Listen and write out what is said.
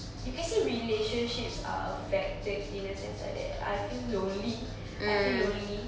you can say relationships are affected in the sense like that I feel lonely I feel lonely